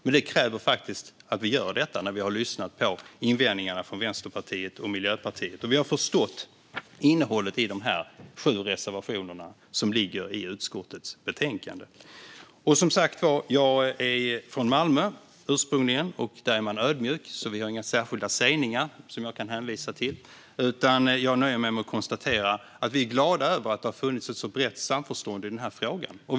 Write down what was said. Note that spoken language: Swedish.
Men det krävs att vi gör det efter att ha lyssnat på invändningarna från Vänsterpartiet och Miljöpartiet och förstått innehållet i de sju reservationerna i utskottets betänkande. Jag är ursprungligen från Malmö, och där är man ödmjuk. Vi har alltså inga särskilda talesätt jag kan hänvisa till. Jag nöjer mig med att konstatera att vi är glada över att det funnits ett så brett samförstånd i frågan.